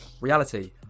Reality